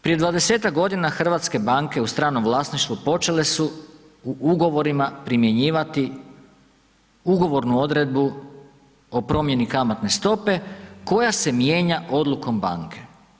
Prije 20-ak godina hrvatske banke u stranom vlasništvu počele se u ugovorima primjenjivati ugovornu odredbu o promjeni kamatne stope koja se mijenja odlukom banke.